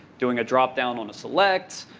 doing a drop down on a select,